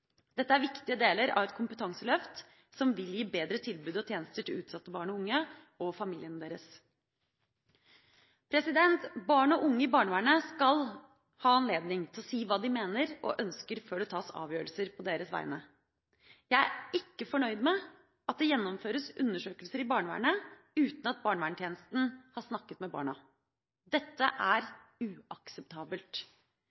Dette er viktige deler av et kompetanseløft som vil gi bedre tilbud og tjenester til utsatte barn og unge og familiene deres. Barn og unge i barnevernet skal ha anledning til å si hva de mener og ønsker før det tas avgjørelser på deres vegne. Jeg er ikke fornøyd med at det gjennomføres undersøkelser i barnevernet uten at barnevernstjenesten har snakket med barna. Dette